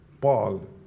Paul